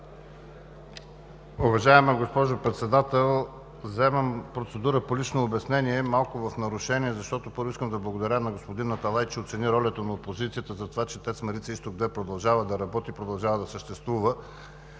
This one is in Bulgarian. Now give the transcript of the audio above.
Уважаема госпожо Председател! Вземам процедура по лично обяснение малко в нарушение, защото първо искам да благодаря на господин Аталай, че оцени ролята на опозицията затова, че „ТЕЦ Марица изток 2“ продължава да работи, продължава да съществува,